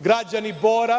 građani Bora